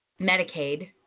Medicaid